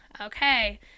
Okay